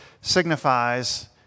signifies